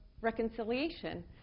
reconciliation